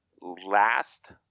last